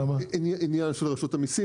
-- עניין של רשות המיסים,